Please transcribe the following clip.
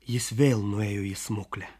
jis vėl nuėjo į smuklę